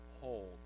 hold